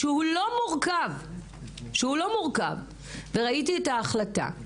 שהוא לא מורכב וראיתי את ההחלטה,